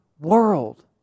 world